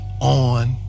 on